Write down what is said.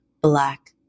black